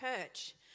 church